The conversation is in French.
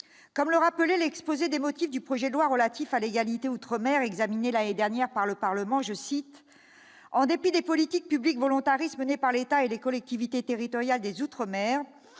comme le rappelait l'exposé des motifs du projet de loi relatif à l'égalité outre-mer la et dernière par le Parlement, je cite, en dépit des politiques publiques volontarisme par l'État et les collectivités territoriales des outre-mer,